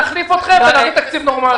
נחליף אתכם ונביא תקציב נורמלי.